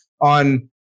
on